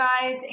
guys